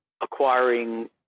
acquiring